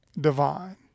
divine